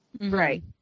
right